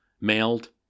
mailed